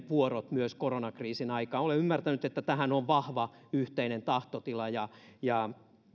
vuorot myös koronakriisin aikaan olen ymmärtänyt että tähän on vahva yhteinen tahtotila